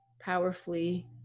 powerfully